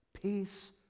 Peace